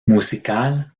musical